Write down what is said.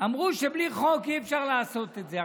אמרו שבלי חוק אי-אפשר לעשות את זה.